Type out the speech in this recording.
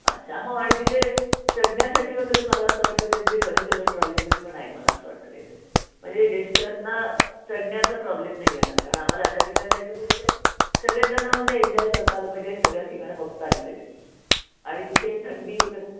अच्छा हो आणि तिथे चढण्यासाठी वगैरे मला असं वाटतं काहीतरी फनिकुलर ट्रॉली वगैरे पण आहे मला असं वाटतं काहीतरी म्हणजे ज्येष्ठांना चढण्याचा प्रॉब्लेम नाही येणार कारण आम्हाला अशा ठिकाण जायचं की तिथे सगळेजणं म्हणजे एन्जॉय करता आलं पाहिजे सगळ्या ठिकाणं बघता आली पाहिजेत आणि तिथे थंडी वगैरे